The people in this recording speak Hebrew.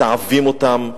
מתעבים אותם,